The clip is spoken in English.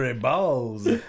balls